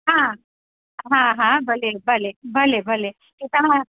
हा हा हा भले भले भले भले भले तव्हां